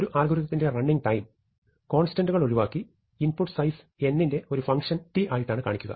ഒരു അൽഗോരിതത്തിന്റെ running time കോൺസ്റ്റന്റുകൾ ഒഴിവാക്കി ഇൻപുട്ട് സൈസ് n ന്റെ ഒരു ഫങ്ഷൻ t ആയിട്ടാണ് കാണിക്കുക